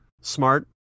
Smart